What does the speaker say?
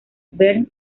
bernd